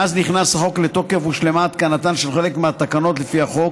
מאז נכנס החוק לתוקף הושלמה התקנתן של חלק מהתקנות לפי החוק,